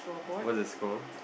what's the score